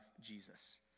Jesus